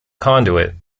conduit